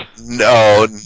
no